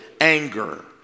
anger